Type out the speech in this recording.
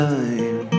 time